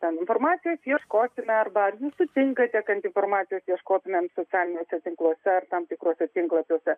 ten informacijos ieškokime arba sutinkate kad informacijos ieškotumėm socialiniuose tinkluose ar tam tikruose tinklapiuose